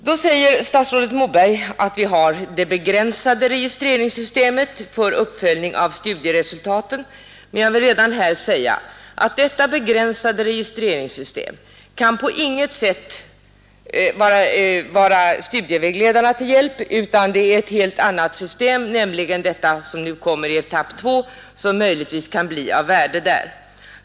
Då säger statsrådet Moberg att vi har det begränsade registreringssystemet för uppföljning av studieresultaten. Men jag vill redan här påpeka att detta begränsade registreringssystem kan på inget sätt vara studievägledarna till hjälp, utan det är ett helt annat system, nämligen det som nu kommer i etapp 2, som möjligtvis kan bli av värde därvidlag.